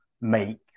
make